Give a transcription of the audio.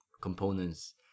components